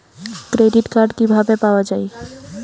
Credit card কিভাবে পাওয়া য়ায়?